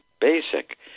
basic